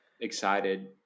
excited